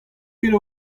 ket